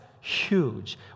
huge